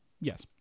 yes